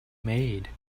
made